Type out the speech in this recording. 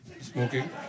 Smoking